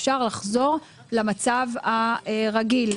אפשר לחזור למצב הרגיל.